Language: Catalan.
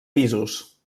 pisos